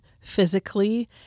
physically